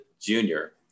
junior